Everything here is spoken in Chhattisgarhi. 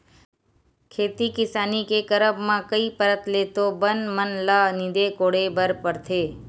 खेती किसानी के करब म कई परत ले तो बन मन ल नींदे कोड़े बर परथे